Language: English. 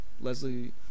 leslie